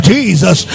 Jesus